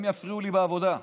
הם יפריעו לי בעבודה.